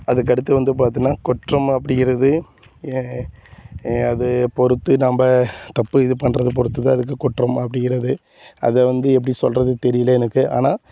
அதுக்கு அடுத்து வந்து பார்த்தினா குற்றம் அப்படிங்கறது அது பொறுத்து நம்ம தப்பு இது பண்றது பொறுத்து தான் இருக்குது குற்றம் அப்படிங்கறது அதை வந்து எப்படி சொல்கிறதுன்னு தெரியல எனக்கு ஆனால்